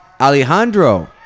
Alejandro